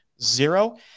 Zero